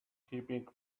keeping